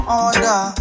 order